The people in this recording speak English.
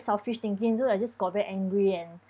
selfish thinking so I just got back angry and